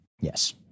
Yes